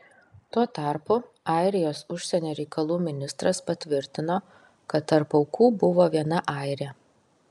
tuo tarpu airijos užsienio reikalų ministras patvirtino kad tarp aukų buvo viena airė